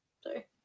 Sorry